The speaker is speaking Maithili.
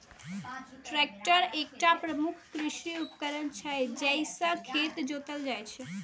ट्रैक्टर एकटा प्रमुख कृषि उपकरण छियै, जइसे खेत जोतल जाइ छै